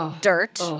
dirt